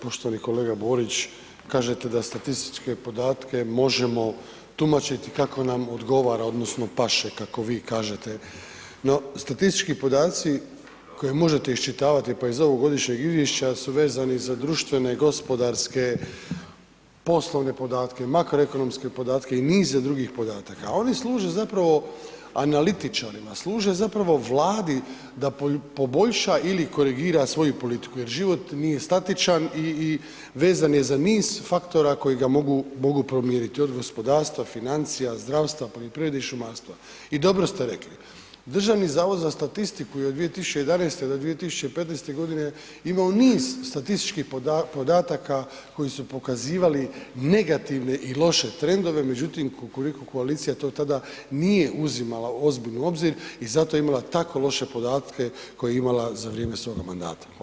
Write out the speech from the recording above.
Poštovani kolega Borić, kažete da statističke podatke možemo tumačiti kako nam odgovara odnosno paše, kako vi kažete no, statistički podaci koje možete iščitavati pa iz ovog godišnjeg izvješća su vezani za društvene, gospodarske, poslovne podatke, makroekonomske podatke i niza drugih podataka a oni služe zapravo analitičarima, služe zapravo Vladi da poboljša ili korigira svoju politiku jer život nije statičan i vezan je za niz faktora koji ga mogu promijeniti od gospodarstva, financija, zdravstva, poljoprivrede i šumarstva i dobro ste rekli, Državni zavod za statistiku je od 2011. do 2015. imao niz statističkih podataka koji su pokazivali negativne i loše trendove međutim Kukuriku koalicija to tada nije uzimala ozbiljno u obzir i zato je imala tako loše podatke koje je imala za vrijeme svoga mandata, hvala.